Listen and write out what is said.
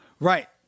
Right